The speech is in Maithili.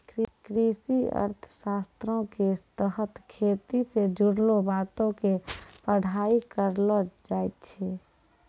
कृषि अर्थशास्त्रो के तहत खेती से जुड़लो बातो के पढ़ाई करलो जाय छै